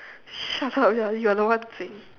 shut up you're you are the one saying